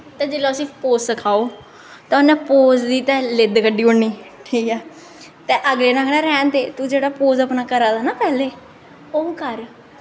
ते जिसलै उसी पोज़ सखाओ ते उ'नें पोज़ दी ते लिद्द कड्ढी ओड़नी ठीक ऐ ते अगले ने आखना रैह्न दे तूं जेह्ड़ा पोज़ अपना करा दा हा ना पैह्लें ओह् कर